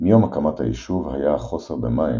מיום הקמת היישוב היה החוסר במים,